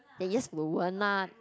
the yes will won't ah